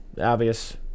obvious